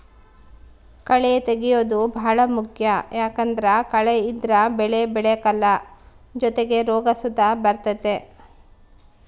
ಕಳೇ ತೆಗ್ಯೇದು ಬಾಳ ಮುಖ್ಯ ಯಾಕಂದ್ದರ ಕಳೆ ಇದ್ರ ಬೆಳೆ ಬೆಳೆಕಲ್ಲ ಜೊತಿಗೆ ರೋಗ ಸುತ ಬರ್ತತೆ